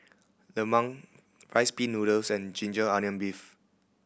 lemang Rice Pin Noodles and ginger onion beef